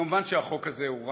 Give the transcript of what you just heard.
מובן שהחוק הזה הוא רע,